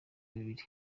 bibiri